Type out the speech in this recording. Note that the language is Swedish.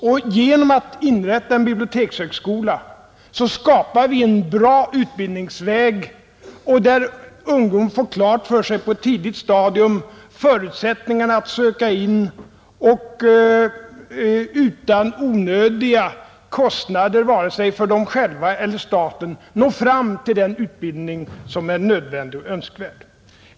Och genom att inrätta en bibliotekshögskola skapar vi en bra utbildningsväg, där ungdomar på ett tidigt stadium får klart för sig förutsättningarna för att söka in och utan onödiga kostnader vare sig för dem själva eller för staten nå fram till det utbildningsmål som är nödvändigt och önskvärt.